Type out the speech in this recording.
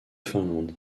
finlande